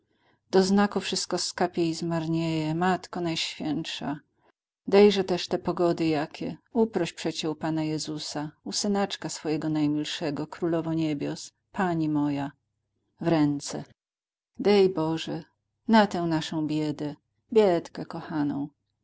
do znaku wszystko skapie i zmarnieje matko najświętsza dejże też te pogody jakie uproś przecie u pana jezusa u synaczka swojego najmilszego królowo niebios pani moja w ręce dej bożej na tę naszą biedę biedkę kochaną